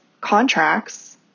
contracts